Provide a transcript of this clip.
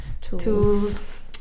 tools